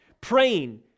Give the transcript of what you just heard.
Praying